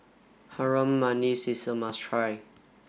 Harum Manis is a must try